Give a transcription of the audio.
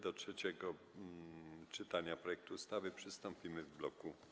Do trzeciego czytania projektu ustawy przystąpimy w bloku głosowań.